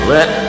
Let